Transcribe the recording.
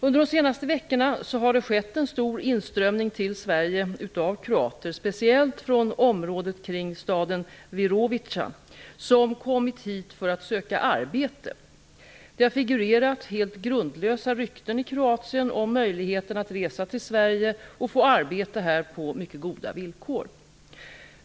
Under de senaste veckorna har det skett en stor inströmning till Sverige av kroater, speciellt från området kring staden Virovitica, som har kommit hit för att söka arbete. Det har figurerat helt grundlösa rykten i Kroatien om möjligheten att resa till Sverige och få arbete här på mycket goda villkor.